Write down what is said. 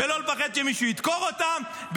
ולא לפחד שמישהו ידקור אותם,